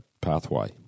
pathway